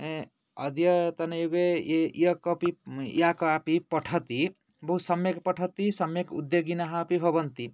अद्यतनयुगे ये यः कोपि या कापि पठति बहु सम्यक् पठति सम्यक् उद्योगिनः अपि भवन्ति